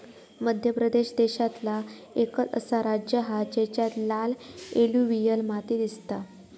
मध्य प्रदेश देशांतला एकंच असा राज्य हा जेच्यात लाल एलुवियल माती दिसता